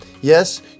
Yes